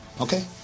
Okay